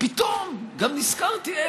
ופתאום גם נזכרתי איפה.